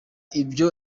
ibyo